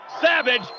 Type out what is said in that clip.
Savage